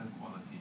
quality